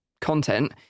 content